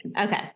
okay